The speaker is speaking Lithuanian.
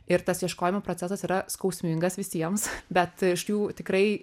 ir tas ieškojimo procesas yra skausmingas visiems bet iš jų tikrai